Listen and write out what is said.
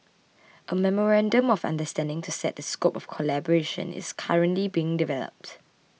a memorandum of understanding to set the scope of collaboration is currently being developed